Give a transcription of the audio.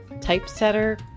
typesetter